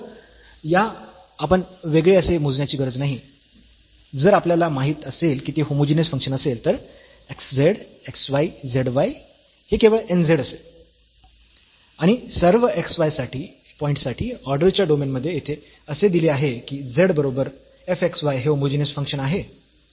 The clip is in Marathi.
तर या आपण वेगळे असे मोजण्याची गरज नाही जर आपल्याला माहीत असेल की ते होमोजीनियस फंक्शन असेल तर x z x y z y हे केवळ n z असेल आणि for सर्व x y पॉईंट साठी ऑर्डरच्या डोमेन मध्ये येथे असे दिले आहे की z बरोबर f x y हे होमोजीनियस फंक्शन आहे